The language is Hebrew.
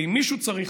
ואם מישהו צריך,